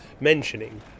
mentioning